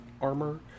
armor